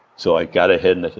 so i got ahead and